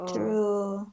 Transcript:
True